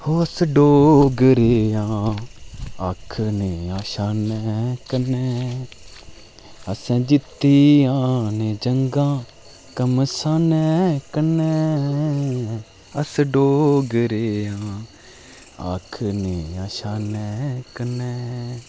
अस डोगरें आं आखनेआं शानै कन्नै असैं जित्तियां न जंगा घमसानै कन्नै अस डोगरें आं आखनेआं शानै कन्नै